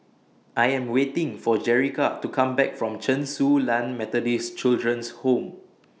I Am waiting For Jerica to Come Back from Chen Su Lan Methodist Children's Home